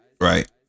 right